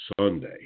Sunday